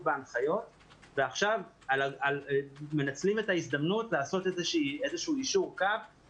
בהנחיות ועכשיו מנצלים את ההזדמנות לעשות איזה יישור קו